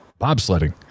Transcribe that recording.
bobsledding